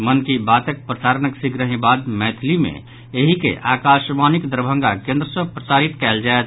मन की बातक प्रसारणक शिघ्रहि बाद मैथिली मे एहि के आकाशवणीक दरभंगा केन्द्र सँ प्रसारित कयल जायत